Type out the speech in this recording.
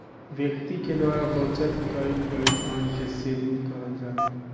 व्यक्ति के द्वारा बचत कईल गईल धन के सेविंग कहल जाला